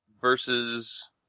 versus